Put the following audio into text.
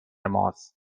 ماست